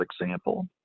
example